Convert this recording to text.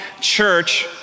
church